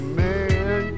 man